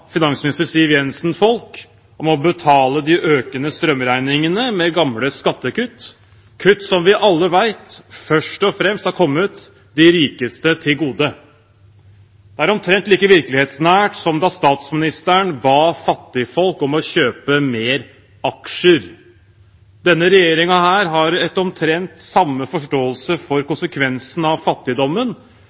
finansminister Siv Jensen folk om å betale de økende strømregningene med gamle skattekutt, kutt som vi alle vet først og fremst har kommet de rikeste til gode. Det er omtrent like virkelighetsnært som da statsministeren ba fattigfolk om å kjøpe flere aksjer. Denne regjeringen har omtrent samme forståelse for konsekvensen av fattigdommen